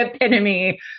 epitome